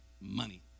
money